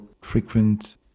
frequent